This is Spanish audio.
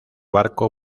barco